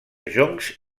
joncs